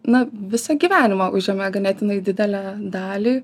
na visą gyvenimą užėmė ganėtinai didelę dalį